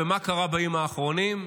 ומה קרה בימים האחרונים?